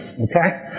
okay